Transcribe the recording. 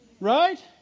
Right